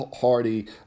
Hardy